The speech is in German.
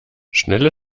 schnelle